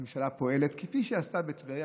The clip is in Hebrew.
הממשלה פועלת כפי שעשתה בטבריה,